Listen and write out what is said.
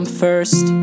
first